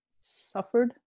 suffered